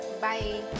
Bye